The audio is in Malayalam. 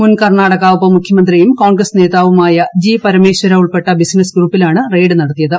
മുൻ കർണാടക ഉപ മുഖ്യമന്ത്രിയും കോൺഗ്രസ് നേതാവുമായ ജി പരമേശ്വര ഉൾപ്പെട്ട ബിസിനസ് ഗ്രൂപ്പിലാണ് റെയ്ഡ് നടത്തിയത്